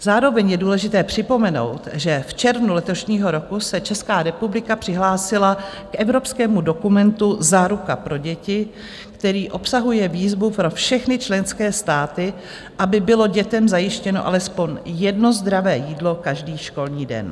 Zároveň je důležité připomenout, že v červnu letošního roku se Česká republika přihlásila k evropskému dokumentu Záruka pro děti, který obsahuje výzvu pro všechny členské státy, aby bylo dětem zajištěno alespoň jedno zdravé jídlo každý školní den.